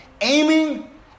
aiming